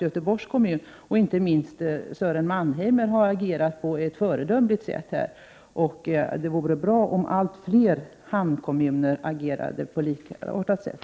Göteborgs kommun och inte minst Sören Mannheimer har enligt min mening agerat på ett föredömligt sätt. Det vore bra om allt fler hamnkommuner agerade på likartat sätt.